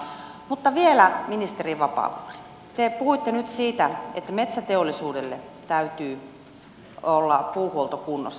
mutta vielä ministeri vapaavuori te puhuitte nyt siitä että metsäteollisuudella täytyy olla puuhuolto kunnossa